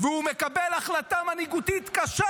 והוא מקבל החלטה מנהיגותית קשה.